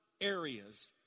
areas